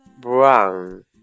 brown